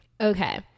okay